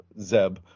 zeb